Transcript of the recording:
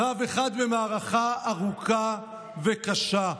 קרב אחד במערכה ארוכה וקשה.